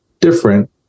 different